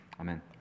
Amen